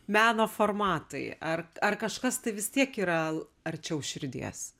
meno formatai ar ar kažkas tai vis tiek yra arčiau širdies